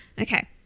okay